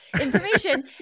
information